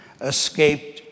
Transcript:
escaped